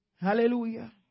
Hallelujah